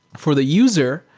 for the user,